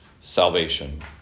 salvation